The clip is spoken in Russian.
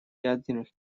ядерных